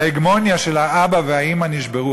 ההגמוניה של האבא והאימא נשברה.